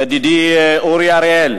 ידידי אורי אריאל,